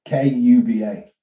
Kuba